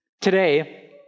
today